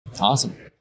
awesome